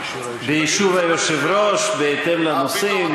באישור היושב-ראש, בהתאם לנושאים.